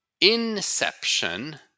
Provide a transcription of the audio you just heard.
inception